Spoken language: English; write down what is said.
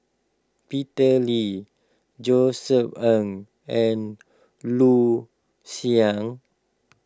Peter Lee Josef Ng and Loo